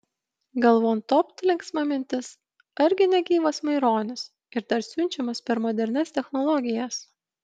galvon topt linksma mintis argi ne gyvas maironis ir dar siunčiamas per modernias technologijas